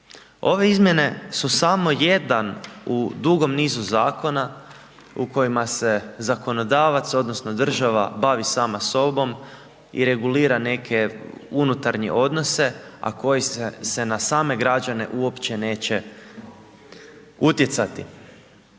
Ove izmjene su samo jedan u dugom nizu zakona u kojima se zakonodavac odnosno država bavi sama sobom i regulira neke unutarnje odnose, a koji se na same građane uopće neće utjecati.